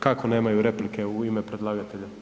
Kako nemaju replike u ime predlagatelja?